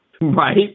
right